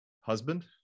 husband